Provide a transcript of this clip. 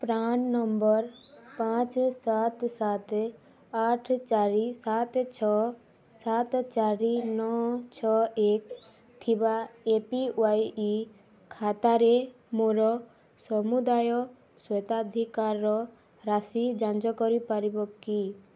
PRAN number ପାଞ୍ଚ ସାତ ସାତ ଆଠ ଚାରି ସାତ ଛଅ ସାତ ଚାରି ନଅ ଏକ ଥିବା ଏ ପି ୱାଇ ଖାତାରେ ମୋର ସମୁଦାୟ ସ୍ୱତ୍ୱାଧିକାର ରାଶି ଯାଞ୍ଚ କରିପାରିବ କି